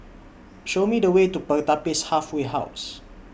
Show Me The Way to Pertapis Halfway House